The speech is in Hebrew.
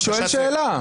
אני שואל שאלה.